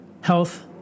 health